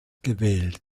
gewählt